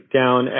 down